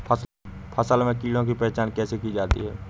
फसल में कीड़ों की पहचान कैसे की जाती है?